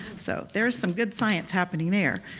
so there's some good science happening there.